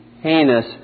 heinous